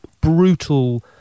brutal